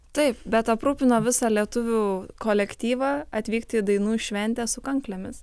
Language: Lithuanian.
taip bet aprūpino visą lietuvių kolektyvą atvykti į dainų šventę su kanklėmis